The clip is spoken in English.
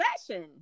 session